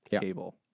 cable